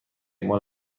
مال